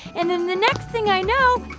and then the next thing i know,